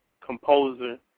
composer